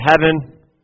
heaven